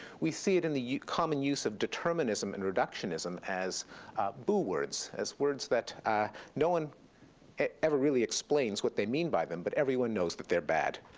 we see it in the common use of determinism and reductionism as boo words, as words that no one ever really explains what they mean by them, but everyone knows that they're bad.